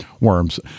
worms